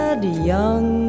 young